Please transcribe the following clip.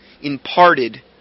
imparted